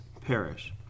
perish